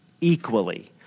equally